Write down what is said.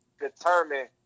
Determine